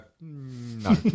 no